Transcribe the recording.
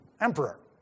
emperor